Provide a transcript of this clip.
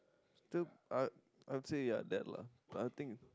to I I would say ya that lah I would think